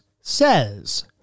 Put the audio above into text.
says